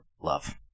love